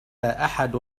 أحد